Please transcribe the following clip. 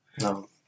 No